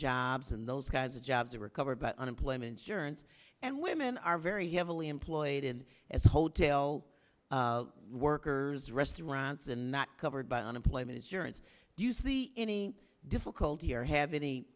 jobs and those kinds of jobs or recover but unemployment insurance and women are very heavily employed in as hotel workers restaurants and not covered by unemployment insurance do you see any difficulty or have any